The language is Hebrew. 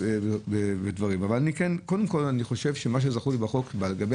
מה שזכור לי בחוק לגבי